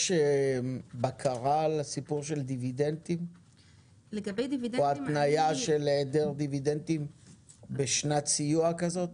יש בקרה על דיבידנדים או התניה של היעדר דיבידנדים בשנת סיוע כזאת?